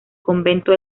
convento